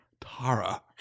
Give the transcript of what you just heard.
Tara